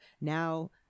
now